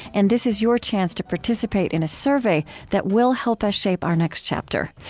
and this is your chance to participate in a survey that will help us shape our next chapter.